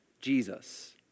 Jesus